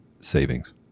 savings